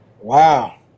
Wow